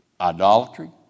Idolatry